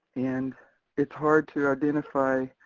and it's hard to identify,